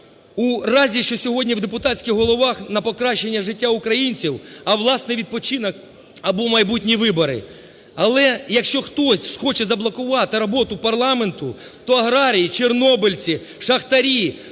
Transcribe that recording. У разі, що сьогодні у депутатських головах не покращення життя українців, а власний відпочинок або майбутні вибори. Але, якщо хтось схоче заблокувати роботу парламенту, то аграрії, чорнобильці, шахтарі,